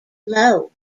below